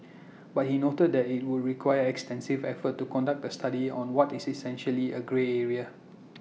but he noted that IT would require extensive efforts to conduct A study on what is essentially A grey area